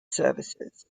services